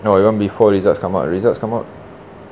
no I want before results come out results come out